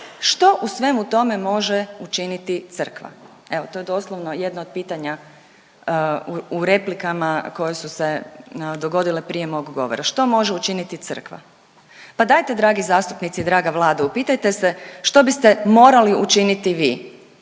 što u svemu tome može učiniti Crkva. Evo to je doslovno jedno od pitanja u replikama koje su se dogodile prije mog govora. Što može učiniti Crkva? Pa dajte dragi zastupnici i draga Vlado upitajte se što biste morali učiniti vi.